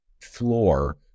floor